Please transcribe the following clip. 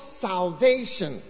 salvation